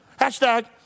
Hashtag